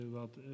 wat